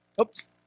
Oops